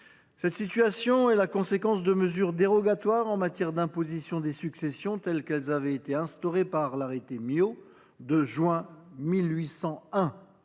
Cette situation est la conséquence de mesures dérogatoires en matière d’imposition des successions instaurées par l’arrêté Miot de juin 1801.